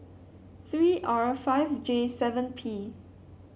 three R five J seven P